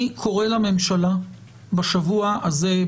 אני קורא לממשלה בשבוע הזה,